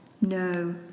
No